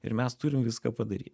ir mes turim viską padaryt